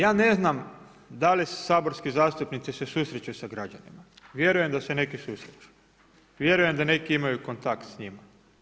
Ja ne znam da li su saborski zastupnici susreću sa građanima, vjerujem da se neki susreću, vjerujem da neki imaju kontekst s njima.